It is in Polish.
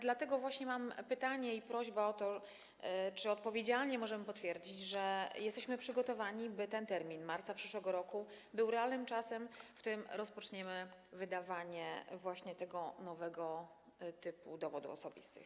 Dlatego właśnie mam pytanie i prośbę o to, czy odpowiedzialnie możemy potwierdzić, że jesteśmy przygotowani, by ten termin, marzec przyszłego roku, był realnym terminem, w którym rozpoczniemy wydawanie właśnie tego nowego typu dowodów osobistych.